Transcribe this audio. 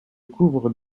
couvre